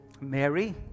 Mary